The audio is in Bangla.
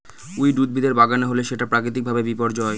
উইড উদ্ভিদের বাগানে হলে সেটা প্রাকৃতিক ভাবে বিপর্যয়